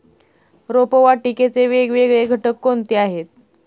रोपवाटिकेचे वेगवेगळे घटक कोणते आहेत?